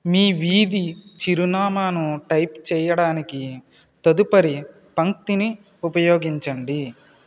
మీ వీధి చిరునామాను టైప్ చేయడానికి తదుపరి పంక్తిని ఉపయోగించండి